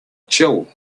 chill